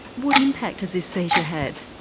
what impact has this seizure had,